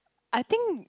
I think